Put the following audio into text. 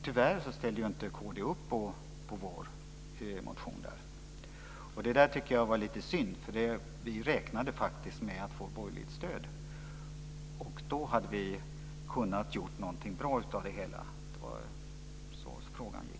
Tyvärr ställde inte kd upp på vår motion. Det tycker jag var lite synd, för vi räknade faktiskt med att få borgerligt stöd. I så fall hade vi kunnat göra någonting bra av det hela. Detta var frågans gång.